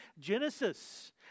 Genesis